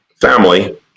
family